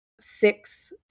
six